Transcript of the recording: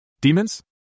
Demons